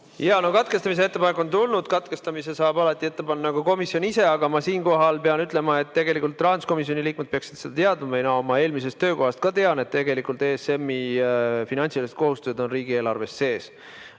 Jaa, no katkestamise ettepanek on tulnud. Katkestamise saab alati ette panna ka komisjon ise. Aga ma siinkohal pean ütlema, et rahanduskomisjoni liikmed peaksid seda teadma – mina oma eelmisest töökohast ka tean –, et tegelikult ESM‑i finantsilised kohustused on riigieelarves sees